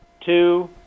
two